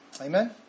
Amen